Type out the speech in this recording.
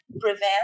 prevent